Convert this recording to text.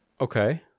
Okay